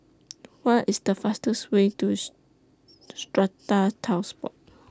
What IS The fastest Way Tooth Strata Titles Board